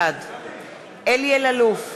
בעד אלי אלאלוף,